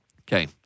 Okay